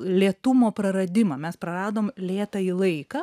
lėtumo praradimą mes praradom lėtąjį laiką